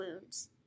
wounds